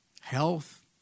health